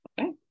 Okay